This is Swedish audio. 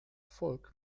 folk